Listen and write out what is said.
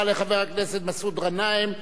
תודה רבה לחבר הכנסת מסעוד גנאים.